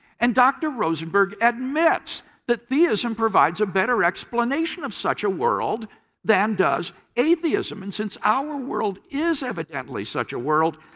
and dr. rosenberg admits that theism provides a better explanation of such a world than does atheism. and since our world is evidently such a world,